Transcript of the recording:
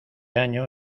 año